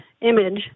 image